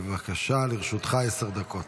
בבקשה, לרשותך עשר דקות.